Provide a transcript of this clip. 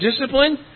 discipline